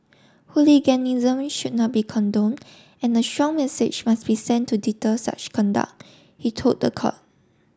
hooliganism should not be condone and a strong message must be sent to deter such conduct he told the court